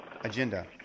agenda